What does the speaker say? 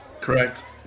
Correct